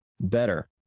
better